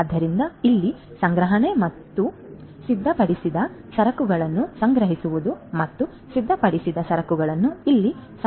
ಆದ್ದರಿಂದ ಇಲ್ಲಿ ಸಂಗ್ರಹಣೆ ಮತ್ತು ಸಂಗ್ರಹಣೆ ಸಿದ್ಧಪಡಿಸಿದ ಸರಕುಗಳನ್ನು ಸಂಗ್ರಹಿಸುವುದು ಮತ್ತು ಸಿದ್ಧಪಡಿಸಿದ ಸರಕುಗಳನ್ನು ಇಲ್ಲಿ ಸಂಗ್ರಹಿಸುವುದು